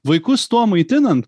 vaikus tuo maitinant